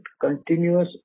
continuous